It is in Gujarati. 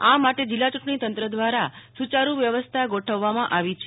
આ માટે જિલ્લા યુંટણી તંત્ર દ્વારા સુયારૂ વ્યવસ્થા ગોઠવવામાં આવી છે